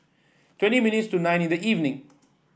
twenty minutes to nine in the evening